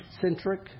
centric